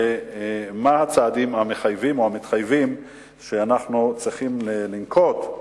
ומה הצעדים המחייבים או המתחייבים שאנחנו צריכים לנקוט.